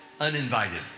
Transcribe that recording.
uninvited